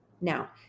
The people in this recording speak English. Now